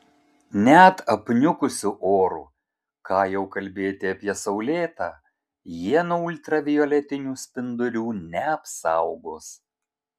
net apniukusiu oru ką jau kalbėti apie saulėtą jie nuo ultravioletinių spindulių neapsaugos